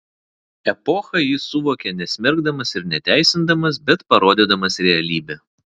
epochą jis suvokia nesmerkdamas ir neteisindamas bet parodydamas realybę